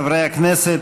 חברי הכנסת,